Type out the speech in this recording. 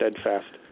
steadfast